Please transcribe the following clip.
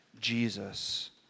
Jesus